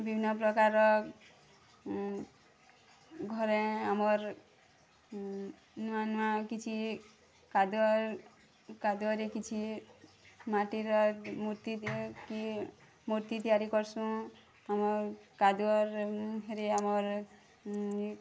ବିଭିନ୍ନ ପ୍ରକାରର ଉଁ ଘରେ ଆମର ନୂଆ ନୂଆ କିଛି କାଦୁଅ କାଦୁଅରେ କିଛି ମାଟିର ମୂର୍ତ୍ତି ତି କି ମୂର୍ତ୍ତି ତିଆରି କରିସୁଁ ଆମର୍ କାଦୁଅରେ ଆମର୍ ହୁଏ